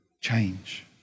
change